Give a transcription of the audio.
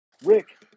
Rick